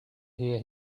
hear